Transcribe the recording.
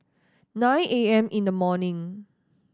nine A M in the morning